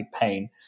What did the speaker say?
pain